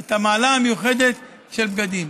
את המעלה המיוחדת של בגדים.